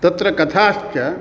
तत्र कथाश्च